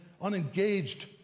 unengaged